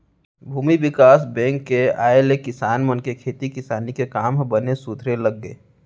भूमि बिकास बेंक के आय ले किसान मन के खेती किसानी के काम ह बने सुधरे लग गे